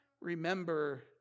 remember